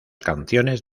canciones